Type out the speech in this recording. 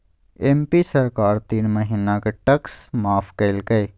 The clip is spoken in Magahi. एम.पी सरकार तीन महीना के टैक्स माफ कइल कय